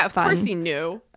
of course he knew.